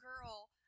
girl